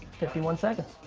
fifty one seconds.